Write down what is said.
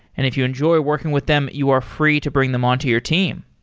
and if you enjoy working with them, you are free to bring them on to your team.